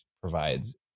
provides